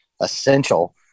essential